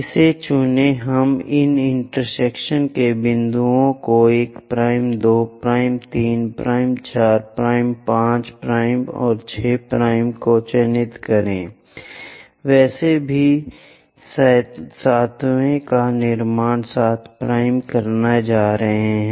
इसे चुनें हम इन इंटरसेक्शन के बिंदुओं को 1 2 3 4 और 5 और 6 को चिन्हित करें वैसे भी 7 वें का निर्माण 7 करने जा रहा है